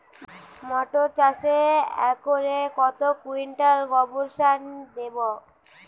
মটর চাষে একরে কত কুইন্টাল গোবরসার দেবো?